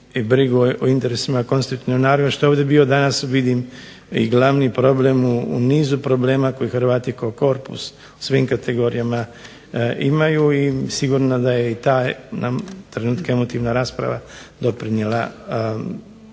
brigu o interesu konstitutivnog naroda što je ovdje bio danas vidim i glavni problem u nizu problema koji Hrvati kao korpus u svim kategorijama imaju i sigurno da je ta na trenutke emotivna rasprava doprinijela